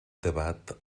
debat